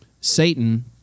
Satan